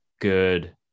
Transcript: good